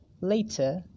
later